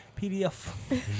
PDF